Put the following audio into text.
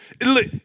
Look